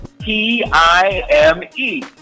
T-I-M-E